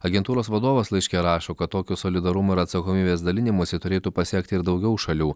agentūros vadovas laiške rašo kad tokio solidarumo ir atsakomybės dalinimosi turėtų pasekti ir daugiau šalių